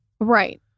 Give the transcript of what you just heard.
Right